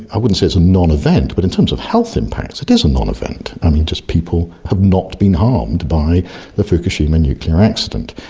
i wouldn't say it's a non-event, but in terms of health impacts it is a non-event. i mean, just people have not been harmed by the fukushima nuclear accident.